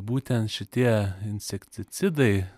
būtent šitie insekticidai